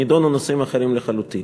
נדונו נושאים אחרים לחלוטין.